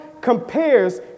compares